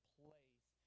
place